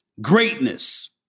Greatness